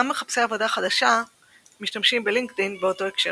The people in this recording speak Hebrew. גם מחפשי עבודה חדשה משתמשים בלינקדאין באותו הקשר.